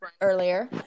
earlier